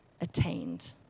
attained